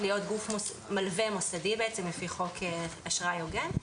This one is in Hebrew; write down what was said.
להיות גוף מלווה מוסדי לפי חוק אשראי הוגן,